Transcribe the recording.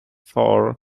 for